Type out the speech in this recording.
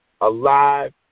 alive